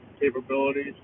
capabilities